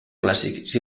clàssics